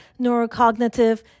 neurocognitive